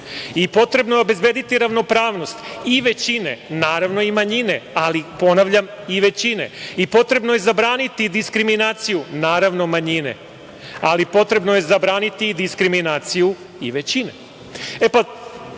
i potrebno je obezbediti ravnopravnost i većine, naravno i manjine, ali ponavljam - i većine i potrebno je zabraniti diskriminaciju naravno manjine, ali potrebno je zabraniti i diskriminaciju i